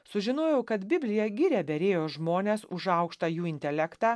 sužinojau kad biblija giria berėjo žmones už aukštą jų intelektą